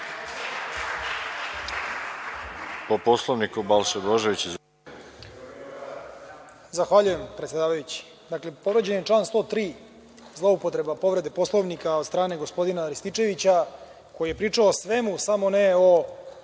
Po Poslovniku, Balša Božović.